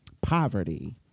poverty